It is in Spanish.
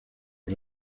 los